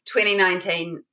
2019